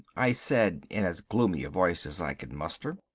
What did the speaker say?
i said in as gloomy a voice as i could muster.